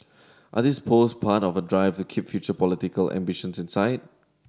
are these post part of a drive to keep future political ambitions in sight